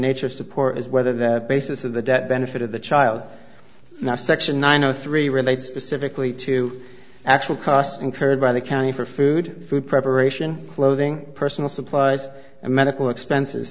nature of support is whether the basis of the debt benefited the child not section nine zero three relates specifically to actual costs incurred by the county for food food preparation clothing personal supplies and medical expenses